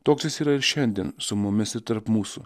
toks jis yra ir šiandien su mumis ir tarp mūsų